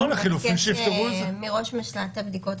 לחילופין